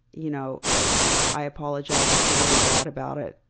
you know i apologize. i feel really bad about it.